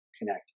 connect